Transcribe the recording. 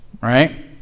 right